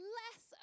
less